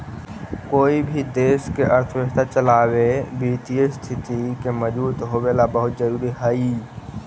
कोई भी देश के अर्थव्यवस्था चलावे वित्तीय स्थिति के मजबूत होवेला बहुत जरूरी हइ